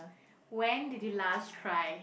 when did you last cry